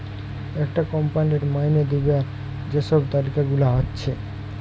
একটা কোম্পানির মাইনে দিবার যে সব তালিকা গুলা হচ্ছে